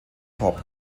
pop